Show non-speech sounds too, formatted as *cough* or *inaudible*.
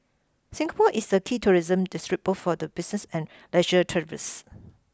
Singapore is a key tourism destination both for the business and leisure *unintelligible*